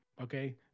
Okay